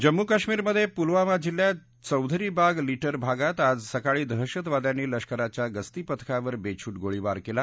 जम्म् कश्मीरमधे पूलवामा जिल्ह्यात चौधरीबाग लिटर भागात आज सकाळी दहशतवाद्यांनी लष्कराच्या गस्ती पथकावर बेछूट गोळीबार केला